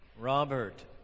Robert